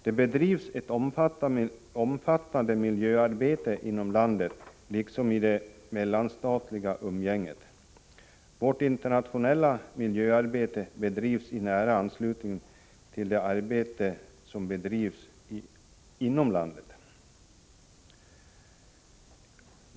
Det bedrivs ett omfattande miljöarbete inom landet, liksom internationellt. Vårt internationella miljöarbete bedrivs i nära anslutning till det arbete som bedrivs inom landet.